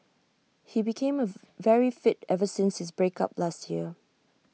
he became A very fit ever since his break up last year